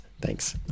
Thanks